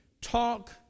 talk